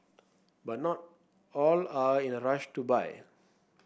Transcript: but not all are in a rush to buy